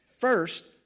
first